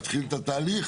להתחיל את התהליך,